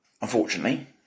unfortunately